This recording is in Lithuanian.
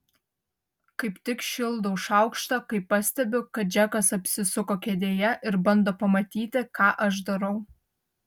kaip tik šildau šaukštą kai pastebiu kad džekas apsisuko kėdėje ir bando pamatyti ką aš darau